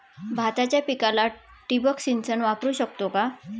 भाताच्या पिकाला ठिबक सिंचन वापरू शकतो का?